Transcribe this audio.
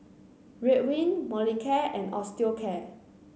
Ridwind Molicare and Osteocare